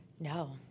No